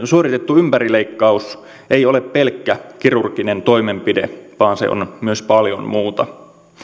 suoritettu ympärileikkaus ei ole pelkkä kirurginen toimenpide vaan se on myös paljon muuta